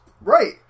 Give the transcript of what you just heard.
Right